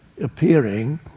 appearing